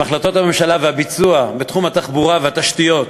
עם החלטות הממשלה והביצוע בתחום התחבורה והתשתיות,